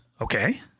okay